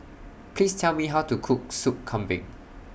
Please Tell Me How to Cook Sop Kambing